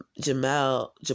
Jamal